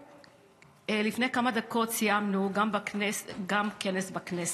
לפני כמה דקות סיימנו גם כנס בכנסת.